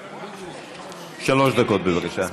בבקשה.